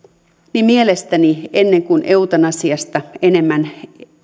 niin mielestäni ennen kuin eutanasiasta enemmän